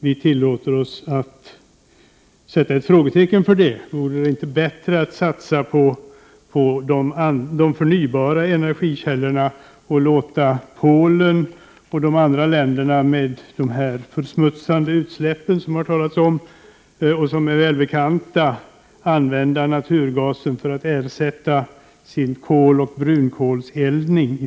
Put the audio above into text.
Vi tillåter oss att sätta ett frågetecken för det. Vore det inte bättre att satsa på de förnybara energikällorna och låta Polen och de andra länderna med nedsmutsande utsläpp, som det talas om och som är välbekanta, använda naturgasen för att ersätta i första hand stenkolsoch brunkolseldning?